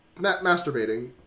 masturbating